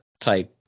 type